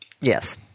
Yes